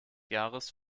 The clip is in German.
jahres